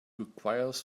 requires